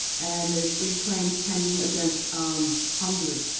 and there's big claims pending against hungary.